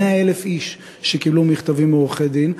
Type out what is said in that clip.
של 100,000 איש שקיבלו מכתבים מעורכי-דין.